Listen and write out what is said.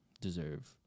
deserve